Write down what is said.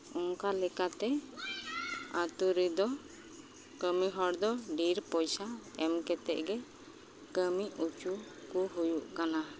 ᱚᱱᱠᱟ ᱞᱮᱠᱟ ᱛᱮ ᱟᱹᱛᱩ ᱨᱮᱫᱚ ᱠᱟᱹᱢᱤ ᱦᱚᱲ ᱫᱚ ᱰᱷᱮᱨ ᱯᱚᱭᱥᱟ ᱮᱢ ᱠᱟᱛᱮᱫ ᱜᱮ ᱠᱟᱹᱢᱤ ᱚᱪᱚ ᱠᱚ ᱦᱩᱭᱩᱜ ᱠᱟᱱᱟ